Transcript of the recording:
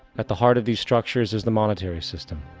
at the heart of these structures is the monetary system.